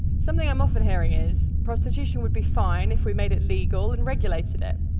something i'm often hearing is, prostitution would be fine if we made it legal and regulated it.